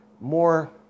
more